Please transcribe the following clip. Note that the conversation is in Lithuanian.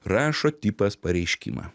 rašo tipas pareiškimą